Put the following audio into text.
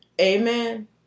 Amen